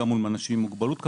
מול אנשים עם מוגבלות,